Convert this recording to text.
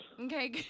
Okay